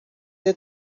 too